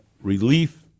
relief